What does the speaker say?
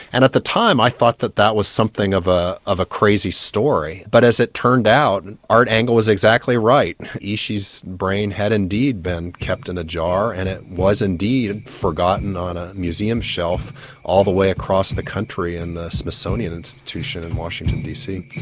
and at the time i thought that that was something of ah of a crazy story, but as it turned out and art engel was exactly right, ishi's brain had indeed been kept in a jar, and it was indeed forgotten on a museum shelf all the way across the country in the smithsonian institution in washington dcnatasha